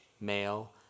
male